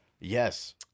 Yes